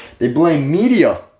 they blame media.